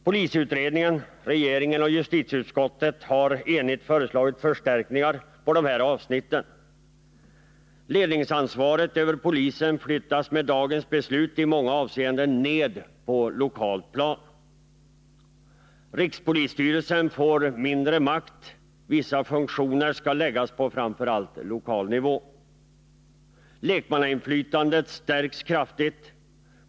Polisutredningen, regeringen och justitieutskottet har enigt föreslagit förstärkningar på följande avsnitt: Ledningsansvaret över polisen flyttas med dagens beslut i många avseenden ned på lokalt plan. Rikspolisstyrelsen får mindre makt — vissa funktioner skall läggas på framför allt lokal nivå. Lekmannainflytandet stärks kraftigt.